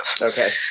Okay